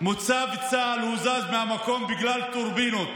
מוצב צה"ל הוזז מהמקום בגלל טורבינות,